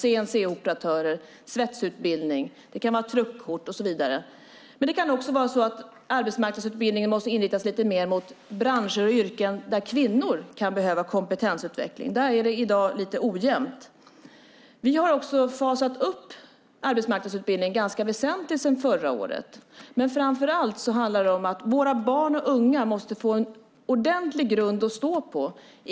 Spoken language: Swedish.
Det kan gälla CNC-operatörer, svetsutbildning, truckkort och så vidare. Men det kan också vara så att arbetsmarknadsutbildningen måste inriktas lite mer mot branscher och yrken där kvinnor kan behöva kompetensutveckling. Där är det i dag lite ojämnt. Vi har också fasat upp arbetsmarknadsutbildningen ganska väsentligt sedan förra året. Men framför allt handlar det om att våra barn och unga måste få en ordentlig grund att stå på.